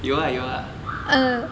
有啊有啊